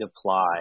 apply